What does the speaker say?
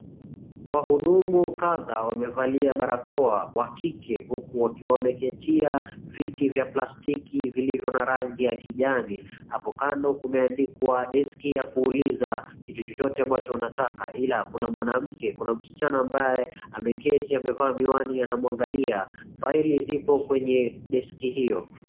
Wahudumu kadha wamevalia barakoa, wa kike huku wakiwa wameketia viti vya plastiki vilivyo na rangi ya kijani. Hapo kando kumeandikwa deski ya kuuliza kitu chochote ambacho unataka ila kuna mwanamke, kuna msichana ambaye ameketi amevaa miwani anamwangalia. Faili zipo kwenye deski hiyo.